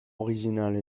originale